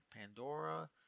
Pandora